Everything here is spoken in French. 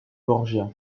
borgia